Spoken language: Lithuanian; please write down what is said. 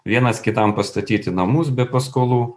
vienas kitam pastatyti namus be paskolų